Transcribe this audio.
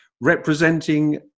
representing